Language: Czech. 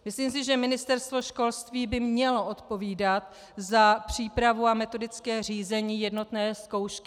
Myslím si, že Ministerstvo školství by mělo odpovídat za přípravu a metodické řízení jednotné zkoušky.